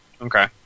Okay